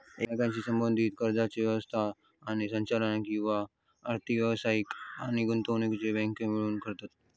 एकमेकांशी संबद्धीत कर्जाची व्यवस्था आणि संचालन एक किंवा अधिक व्यावसायिक आणि गुंतवणूक बँको मिळून करतत